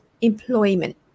employment